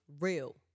real